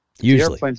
usually